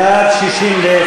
בעד, 61,